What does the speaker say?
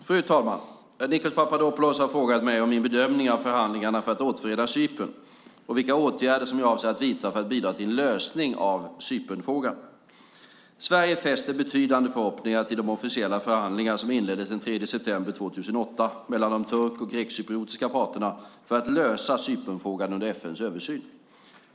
Fru talman! Nikos Papadopoulos har frågat mig om min bedömning av förhandlingarna för att återförena Cypern och vilka åtgärder som jag avser att vidta för att bidra till en lösning av Cypernfrågan. Sverige fäster betydande förhoppningar till de officiella förhandlingar som inleddes den 3 september 2008 mellan de turk och grekcypriotiska parterna för att lösa Cypernfrågan under FN:s översyn.